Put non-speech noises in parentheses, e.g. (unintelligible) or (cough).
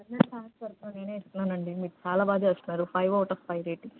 (unintelligible) నేనే ఇస్తానండి మీరు చాలా బాగా చేస్తున్నారు five out of five rating